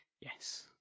Yes